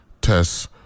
tests